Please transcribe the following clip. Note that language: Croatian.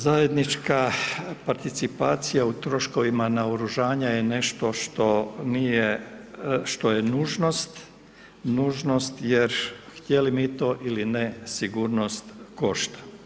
Zajednička participacija u troškovima naoružanja je nešto što nije, što je nužnost, nužnost jer htjeli mi to ili ne, sigurnost košta.